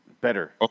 better